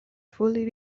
fully